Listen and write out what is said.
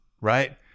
right